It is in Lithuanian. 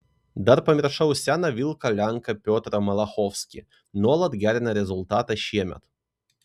dar pamiršau seną vilką lenką piotrą malachovskį nuolat gerina rezultatą šiemet